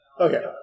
Okay